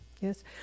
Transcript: Yes